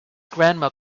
grandma